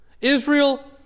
Israel